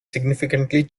significantly